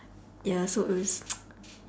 ya so it was